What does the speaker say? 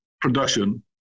production